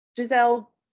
Giselle